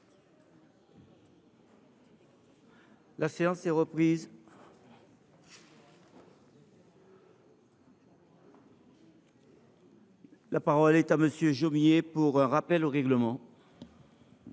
La séance est reprise. La parole est à M. Bernard Jomier, pour un rappel au règlement.